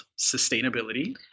sustainability